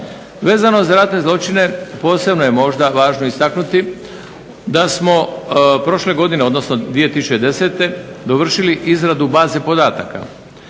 Vezano za ratne zločine posebno je važno istaknuti da smo prošle godine, odnosno 2010. dovršili izradu baze podataka,